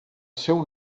seu